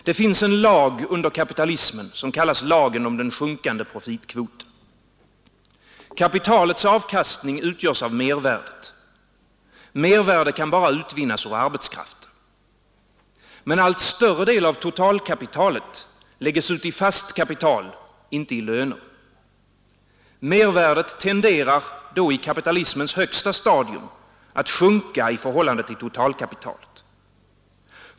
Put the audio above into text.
Det finns en lag under kapitalismen som kallas lagen om den sjunkande profitkvoten. Kapitalets avkastning utgörs av mervärdet. Mervärde kan bara utvinnas ur arbetskraften. Men allt större del av totalkapitalet läggs ut i fast kapital, inte i löner. Mervärdet tenderar i kapitalismens högsta stadium att sjunka i förhållande till totalkapitalet.